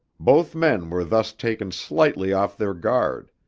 both men were thus taken slightly off their guard,